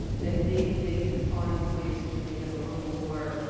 then maybe they can find ways to make it a little more,